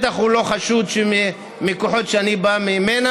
ובטח הוא לא חשוד שהוא מהכוחות שאני בא מהם,